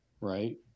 right